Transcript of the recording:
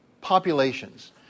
populations